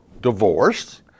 divorce